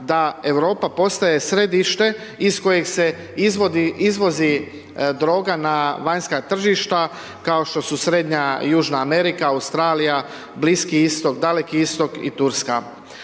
da Europa postaje središte iz kojeg se izvozi droga na vanjska tržišta kao što su Srednja i Južna Amerika, Australija, Bliski Istok, Daleki Istok i Turska.